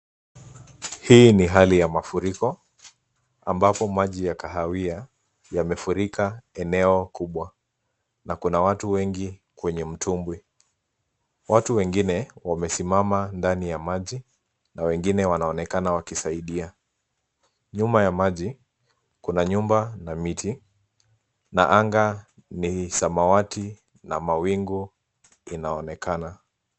Hii ni hali ya mafuriko ambapo maji ya kahawia yamefurika eneo kubwa na kuna watu wengi kwenye mtumbwi. Watu wengine wamesimama ndani ya maji na wengine wanaonekana wakisaidia. Nyuma ya maji kuna nyumba na miti na anga ni samawati na mawingu inaonekana.